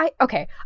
okay